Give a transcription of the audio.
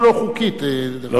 לכן אני אומר.